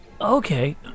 Okay